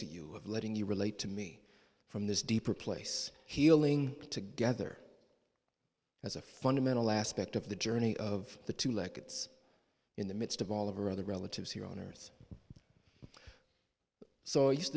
you letting you relate to me from this deeper place healing together as a fundamental aspect of the journey of the two leggett's in the midst of all of our other relatives here on earth so used